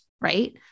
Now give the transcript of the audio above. right